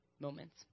moments